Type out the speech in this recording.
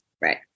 right